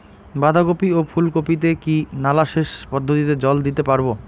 বাধা কপি ও ফুল কপি তে কি নালা সেচ পদ্ধতিতে জল দিতে পারবো?